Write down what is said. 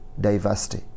diversity